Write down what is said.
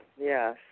yes